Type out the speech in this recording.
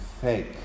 fake